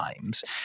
times